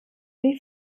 die